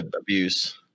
abuse